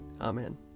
Amen